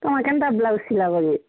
ତୁମେ କେନ୍ତା ବ୍ଲାଉଜ୍ ସିଲାବ ଯେ